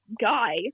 guy